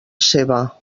seva